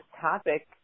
topic